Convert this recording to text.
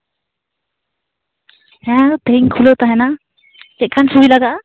ᱦᱮᱸ ᱛᱤᱦᱤᱧ ᱠᱷᱩᱞᱟᱹᱣ ᱛᱟᱦᱮᱱᱟ ᱪᱮᱫᱠᱟᱱ ᱥᱚᱢᱚᱭ ᱞᱟᱜᱟᱜᱼᱟ